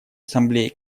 ассамблеей